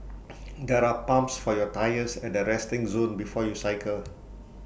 there are pumps for your tyres at the resting zone before you cycle